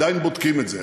עדיין בודקים את זה.